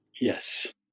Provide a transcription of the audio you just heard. Yes